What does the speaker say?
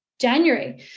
January